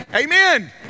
Amen